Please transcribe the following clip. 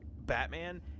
Batman